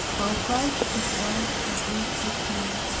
o christ! it was a griefe to see,